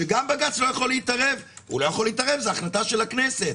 שגם בג"ץ לא יכול להתערב זו החלטה של הכנסת.